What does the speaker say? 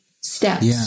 steps